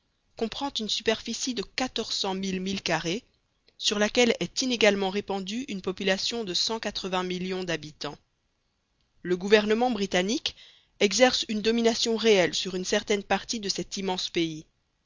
comprend une superficie de quatorze cent mille milles carrés sur laquelle est inégalement répandue une population de cent quatre-vingts millions d'habitants le gouvernement britannique exerce une domination réelle sur une certaine partie de cet immense pays